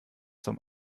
zum